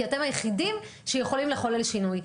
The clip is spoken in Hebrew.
כי אתם היחידים שיכולים לחולל שינוי.